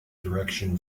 direction